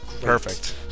perfect